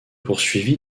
poursuivi